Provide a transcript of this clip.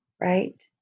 right